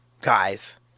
guys